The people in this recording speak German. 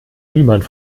niemand